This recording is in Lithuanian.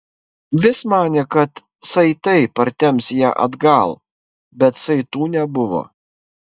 vis manė kad saitai partemps ją atgal bet saitų nebuvo